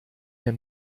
mir